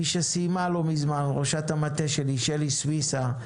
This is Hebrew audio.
מי שסיימה לא מזמן ראשת המטה שלי שלי סויסה,